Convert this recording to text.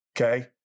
okay